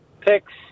picks